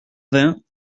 vingt